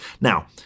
Now